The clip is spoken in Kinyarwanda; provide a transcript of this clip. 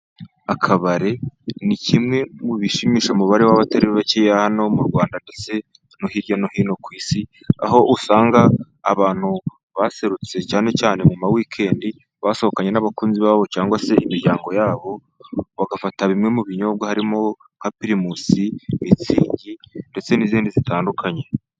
Akabari ni kimwe mu bishimisha umubare w'abatari bake hano mu Rwanda ndetse no hirya no hino ku Isi, aho usanga abantu baserutse cyane cyane mu mawikendi basohokanye n'abakunzi babo cyangwa se imiryango yabo , bagafata bimwe mu binyobwa harimo :nka pirimusi, mitsingi, ndetse n'izindi zitandukanye.